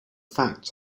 facts